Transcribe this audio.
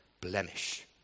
blemish